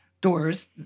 doors—